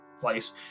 place